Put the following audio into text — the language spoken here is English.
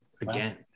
Again